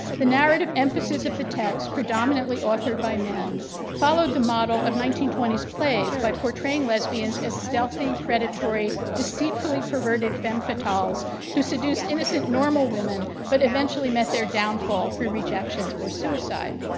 the narrative emphasis of the text predominantly authored by men followed the model of nineteen twenties plays by portraying lesbians as stealthy predatory deceitfully perverted femme fatales who seduced innocent normal women but eventually met their downfall through rejection or suicide.